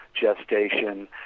gestation